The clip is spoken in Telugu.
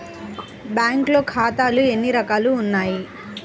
బ్యాంక్లో ఖాతాలు ఎన్ని రకాలు ఉన్నావి?